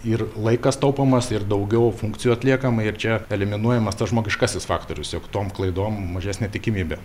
ir laikas taupomas ir daugiau funkcijų atliekama ir čia eliminuojamas žmogiškasis faktorius jog tom klaidom mažesnė tikimybė